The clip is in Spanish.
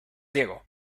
diego